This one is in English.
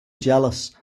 jealous